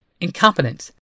Incompetence